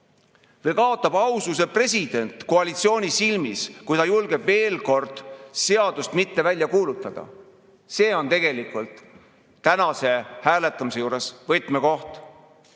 Või kaotab aususe president koalitsiooni silmis, kui ta julgeb veel kord seadust mitte välja kuulutada? See on tegelikult tänase hääletamise juures võtmekoht.